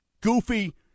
goofy